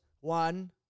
one